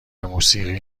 موسیقی